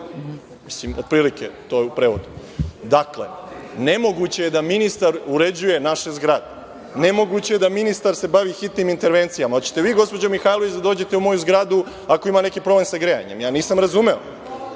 pojma. Otprilike, to je u prevodu. Dakle, nemoguće je da ministar uređuje naše zgrade. Nemoguće je da se ministar bavi hitnim intervencijama. Hoćete vi, gospođo Mihajlović, da dođete u moju zgradu ako ima neki problem sa grejanjem, ja nisam razumeo,